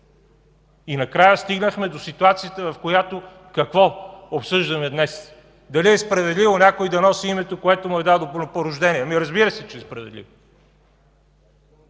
Накрая стигнахме до ситуацията, в която, какво обсъждаме днес – дали е справедливо някой да носи името, което му е дадено по рождение? Разбира се, че е справедливо!